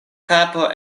kapo